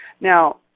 Now